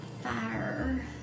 fire